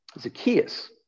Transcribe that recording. Zacchaeus